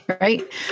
right